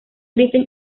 griffin